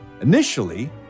initially